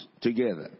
together